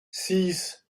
six